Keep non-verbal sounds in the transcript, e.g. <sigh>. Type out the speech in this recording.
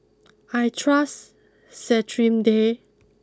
<noise> I trust Cetrimide